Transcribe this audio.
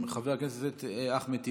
חבר הכנסת אחמד טיבי,